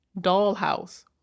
dollhouse